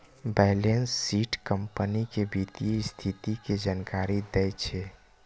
balance sheet company के वित्तीय स्थिति के जानकारी दै छै